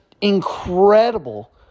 incredible